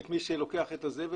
את מי שלוקח את הזבל,